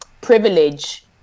privilege